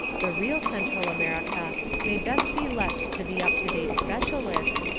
the real central america may best be left to the up-to-date specialist,